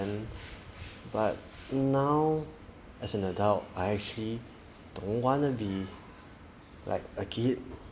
and but now as an adult I actually don't want to be like a kid